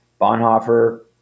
Bonhoeffer